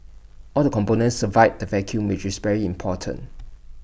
all the components survived the vacuum which is very important